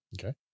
Okay